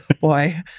boy